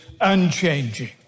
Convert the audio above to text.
unchanging